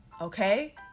Okay